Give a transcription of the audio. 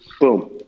Boom